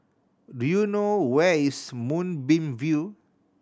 do you know where is Moonbeam View